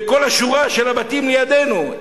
וכל השורה של הבתים שלידנו,